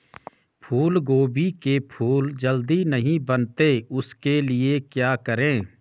फूलगोभी के फूल जल्दी नहीं बनते उसके लिए क्या करें?